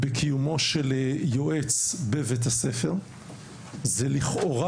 בקיומו של יועץ בבית הספר זה לכאורה,